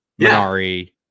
Minari